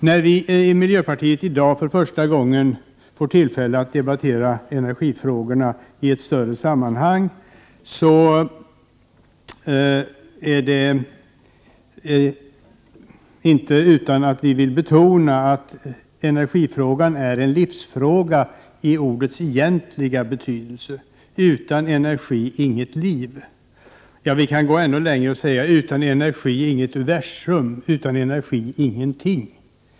När vi i miljöpartiet i dag för första gången får tillfälle att debattera energifrågorna i ett större sammanhang vill vi betona att energifrågan är en livsfråga i ordets egentliga betydelse. Utan energi inget liv. Vi kan gå ännu längre och säga: Utan energi inget universum; utan energi ingenting.